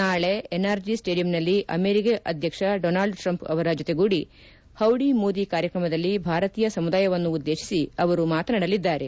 ನಾಳೆ ಎನ್ಆರ್ಜಿ ಸ್ನೇಡಿಯಂನಲ್ಲಿ ಅಮೆರಿಕ ಅಧ್ಯಕ್ಷ ಡೊನಾಲ್ಡ್ ಟ್ರಂಪ್ ಅವರ ಜೊತೆಗೂಡಿ ಹೌಡಿ ಮೋದಿ ಕಾರ್ಯಕ್ರಮದಲ್ಲಿ ಭಾರತೀಯ ಸಮುದಾಯವನ್ನುದ್ದೇಶಿಸಿ ಅವರು ಮಾತನಾಡಲಿದ್ದಾರೆ